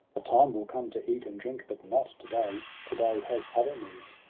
a time will come to eat and drink, but not to-day to-day has other needs.